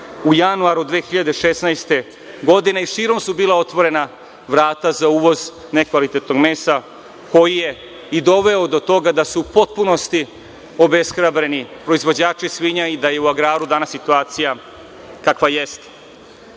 u januaru 2016. godine. Širom su bila otvorena vrata za uvoz nekvalitetnog mesa, koji je i doveo do toga da su u potpunosti obeshrabreni proizvođači svinja i da je u agraru danas situacija kakva